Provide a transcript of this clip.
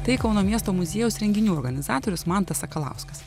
tai kauno miesto muziejaus renginių organizatorius mantas sakalauskas